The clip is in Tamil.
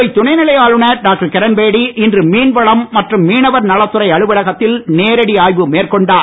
புதுவை துணை நிலை ஆளுநர் டாக்டர் கிரண்பேடி இன்று மீன்வளம் மற்றும் மீனவர் நலத்துறை அலுவலகத்தில் நேரடி ஆய்வு மேற்கொண்டார்